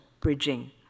bridging